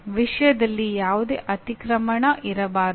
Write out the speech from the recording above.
ವಿಷಯದಲ್ಲಿ ಯಾವುದೇ ಅತಿಕ್ರಮಣ ಇರಬಾರದು